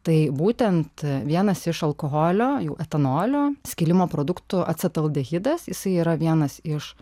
tai būtent vienas iš alkoholio jau etanolio skilimo produktų acetaldehidas jisai yra vienas iš